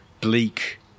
bleak